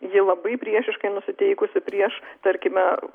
ji labai priešiškai nusiteikusi prieš tarkime